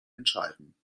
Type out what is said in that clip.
entscheiden